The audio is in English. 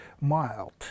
mild